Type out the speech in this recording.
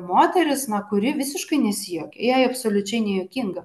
moteris na kuri visiškai nesijuokia jai absoliučiai nejuokinga